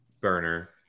burner